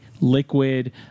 liquid